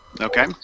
Okay